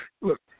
Look